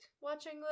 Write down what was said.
watching